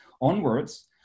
onwards